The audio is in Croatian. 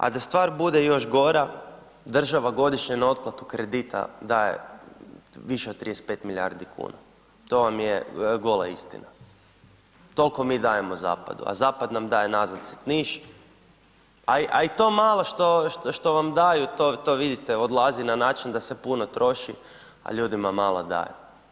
A da stvar bude još gora, država godišnje na otplatu kredita daje više od 35 milijardi kuna, to vam je gola istina, tolko mi dajemo zapadu, a zapad nam daje nazad sitniš, a i to malo što vam daju to vidite odlazi na način da se puno troši, a ljudima malo daju.